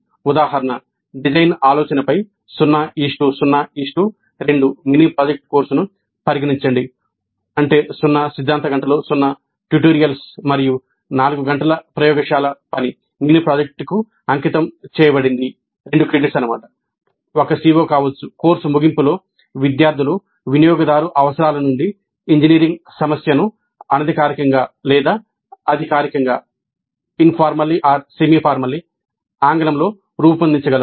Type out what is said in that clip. ఉదాహరణ డిజైన్ ఆలోచనపై 0 0 2 mini project కోర్సును పరిగణించండి 0 సిద్ధాంత గంటలు 0 ట్యుటోరియల్స్ మరియు 4 గంటల ప్రయోగశాల పని మినీ ప్రాజెక్టుకు అంకితం చేయబడింది ఆంగ్లంలో రూపొందించగలరు